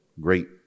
great